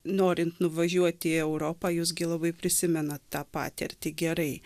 norint nuvažiuot į europą jūs gi labai prisimenat tą patirtį gerai